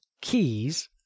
keys